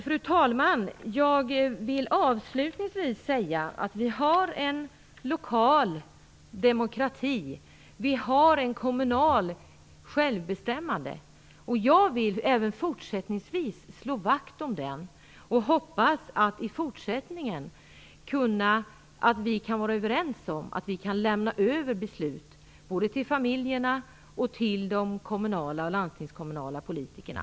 Fru talman! Jag vill avslutningsvis säga att vi har en lokal demokrati, ett kommunalt självbestämmande. Jag vill även fortsättningsvis slå vakt om dem. Jag hoppas att vi i fortsättningen kan vara överens om att vi kan lämna över beslut både till familjerna och till kommunala och landstingskommunala politikerna.